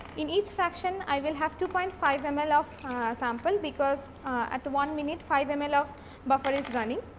in each fraction i will have two point five and ml of sample because at one minute five and ml of buffer is running.